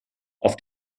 auf